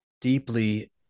deeply